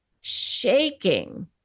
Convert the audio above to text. shaking